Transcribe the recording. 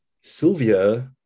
sylvia